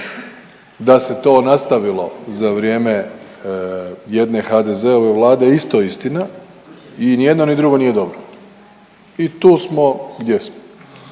Da se to nastavilo za vrijeme jedne HDZ-ove vlade isto je istina i ni jedno ni drugo nije dobro. I tu smo gdje smo.